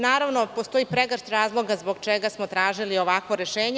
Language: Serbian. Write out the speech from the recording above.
Naravno, postoji pregršt razloga zbog čega smo tražili ovakvo rešenje.